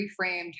reframed